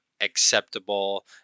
acceptable